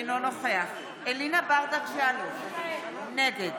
אינו נוכח אלינה ברדץ' יאלוב, נגד